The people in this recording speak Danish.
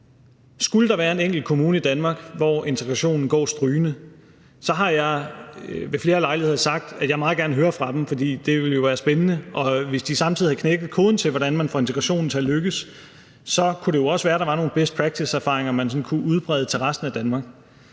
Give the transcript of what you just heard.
Skulle der være en enkelt kommune i Danmark, hvor integrationen går strygende, så har jeg ved flere lejligheder sagt, at jeg meget gerne hører fra dem, for det ville jo være spændende. Og hvis de samtidig havde knækket koden til, hvordan man får integrationen til at lykkes, så kunne det jo også være, at der var nogle best practice-erfaringer, man sådan kunne udbrede til resten af Danmark.